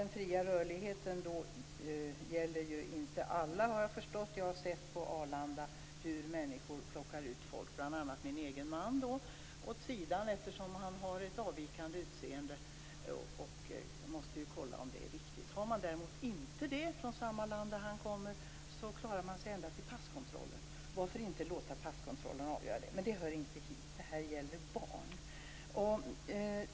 Den fria rörligheten gäller inte alla, har jag förstått. Jag har sett på Arlanda hur man plockar folk, bl.a. min egen man, åt sidan eftersom de har ett avvikande utseende. Man måste kolla om det är riktigt. Har de däremot inte det från det land som min man kommer från, klarar de sig ända till passkontrollen. Varför inte låta passkontrollen avgöra detta? Men det hör inte hit. Det här gäller barn.